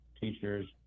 teachers